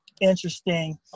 interesting